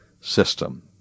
system